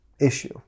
issue